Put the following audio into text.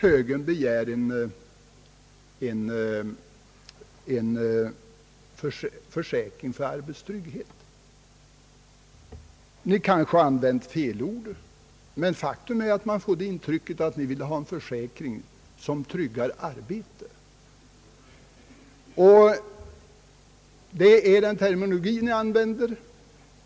Högern begär en försäkring för arbetstrygghet. Ni har kanske använt fel ord, men faktum är att man får det intrycket att ni vill ha en försäkring som tryggar arbete — det är den terminologi ni använder.